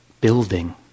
Building